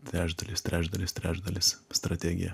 trečdalis trečdalis trečdalis strategiją